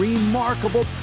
remarkable